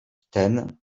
ten